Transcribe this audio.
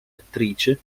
attrice